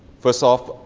first off,